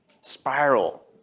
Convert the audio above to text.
spiral